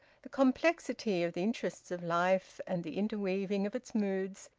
the complexity of the interests of life, and the interweaving of its moods,